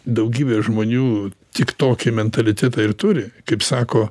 daugybė žmonių tik tokį mentalitetą ir turi kaip sako